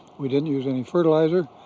we didn't use any fertilizer,